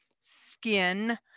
skin